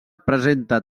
presenta